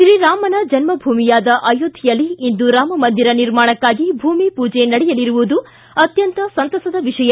ಶ್ರೀರಾಮನ ಜನ್ನಭೂಮಿಯಾದ ಅಯೋಧ್ವೆಯಲ್ಲಿ ಇಂದು ರಾಮಮಂದಿರ ನಿರ್ಮಾಣಕ್ಕಾಗಿ ಭೂಮಿ ಪೂಜೆ ನಡೆಯಲಿರುವುದು ಅತ್ಯಂತ ಸಂತಸದ ವಿಷಯ